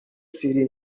سیری